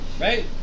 Right